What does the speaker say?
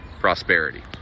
prosperity